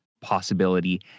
possibility